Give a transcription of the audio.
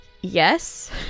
yes